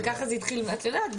ואת יודעת,